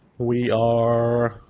we are.